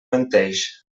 menteix